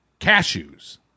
Cashews